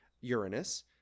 Uranus